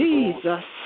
Jesus